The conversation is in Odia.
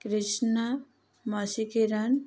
କୃଷ୍ଣା ମସିକିରଣ